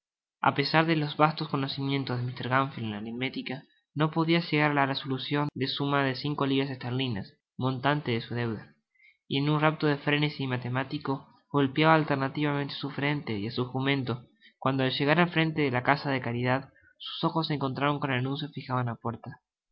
cocora apesar de los vastos conocimientos de mr gamfield en aritmética no podia llegar á la resolucion de la suma de cinco libras esterlinas montante de su deuda y en un rapto de frenesi matemático golpeaba alternativamente su frente y á su jumento cuando al llegar frente la casa de caridad sus ojos se encontraron con el anuncio fijado en la puerta